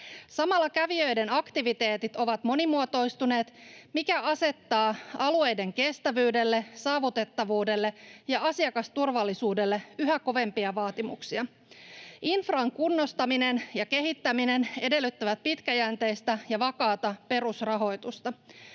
Samalla kävijöiden aktiviteetit ovat monimuotoistuneet, mikä asettaa alueiden kestävyydelle, saavutettavuudelle ja asiakasturvallisuudelle yhä kovempia vaatimuksia. Infran kunnostaminen ja kehittäminen edellyttävät pitkäjänteistä ja vakaata perusrahoitusta.